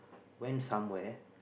went somewhere